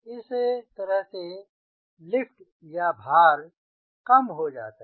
इस तरह लिफ्ट या भार कम हो जाता है